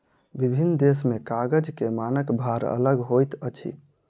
विभिन्न देश में कागज के मानक भार अलग होइत अछि